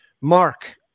Mark